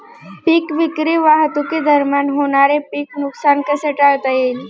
पीक विक्री वाहतुकीदरम्यान होणारे पीक नुकसान कसे टाळता येईल?